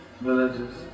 villages